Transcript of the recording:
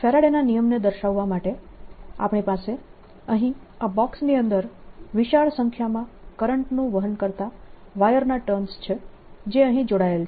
ફેરાડેના નિયમને દર્શાવવા માટે આપણી પાસે અહીં આ બોક્સની અંદર વિશાળ સંખ્યામાં કરંટનું વહન કરતા વાયરના ટર્ન્સ છે જે અહીં જોડાયેલ છે